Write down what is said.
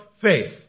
faith